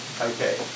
Okay